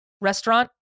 restaurant